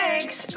Thanks